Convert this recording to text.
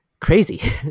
crazy